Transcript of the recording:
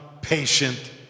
patient